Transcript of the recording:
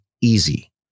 easy